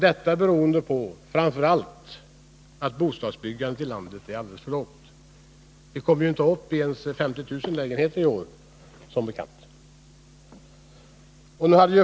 Detta beror framför allt på att bostadsbyggandet i landet ligger på en alldeles för låg nivå. Vi kommer inte ens upp i 50 000 lägenheter i år, som bekant.